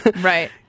Right